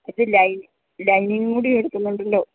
ലൈനിങ്ങും കൂടി എടുക്കുന്നുണ്ടല്ലോ